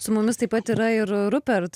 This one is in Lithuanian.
su mumis taip pat yra ir rupert